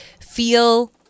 feel